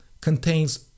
contains